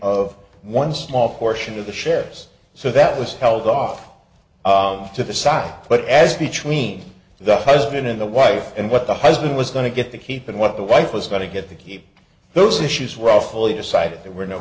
of one small portion of the ships so that was held off to the side put as between the husband in the wife and what the husband was going to get the keep and what the wife was going to get the keep those issues were all fully decided there were no